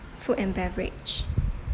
food and beverage